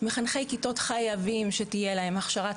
מחנכי כיתות חייבים שתהיה להם הכשרת